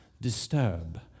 disturb